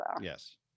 Yes